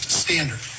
standard